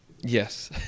Yes